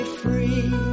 free